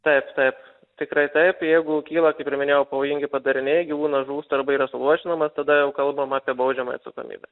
taip taip tikrai taip jeigu kyla kaip ir minėjau pavojingi padariniai gyvūnas žūsta arba yra suluošinamas tada jau kalbam apie baudžiamąją atsakomybę